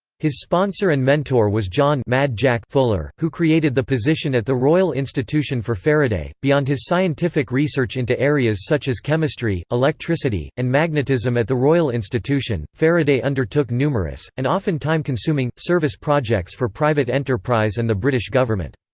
his sponsor and mentor was john mad jack fuller, who created the position at the royal institution for faraday beyond his scientific research into areas such as chemistry, electricity, and magnetism at the royal institution, faraday undertook numerous, and often time-consuming, service projects for private enterprise and enterprise and the british government.